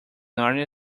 narnia